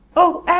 oh, anne,